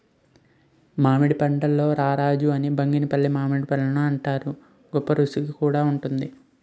మామిడి పండుల్లో రారాజు అని బంగినిపల్లి మామిడిపండుని అంతారు, గొప్పరుసిగా కూడా వుంటుంది